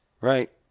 right